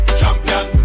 champion